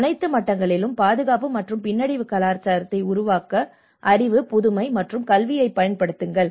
அனைத்து மட்டங்களிலும் பாதுகாப்பு மற்றும் பின்னடைவு கலாச்சாரத்தை உருவாக்க அறிவு புதுமை மற்றும் கல்வியைப் பயன்படுத்துங்கள்